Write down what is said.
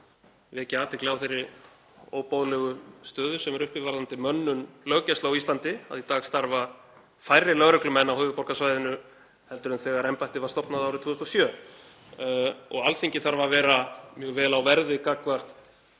að vekja athygli á þeirri óboðlegu stöðu sem er uppi varðandi mönnun löggæslu á Íslandi. Í dag starfa færri lögreglumenn á höfuðborgarsvæðinu heldur en þegar embættið var stofnað árið 2007. Alþingi þarf að vera mjög vel á verði gagnvart